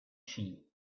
sheep